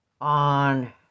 on